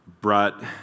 Brought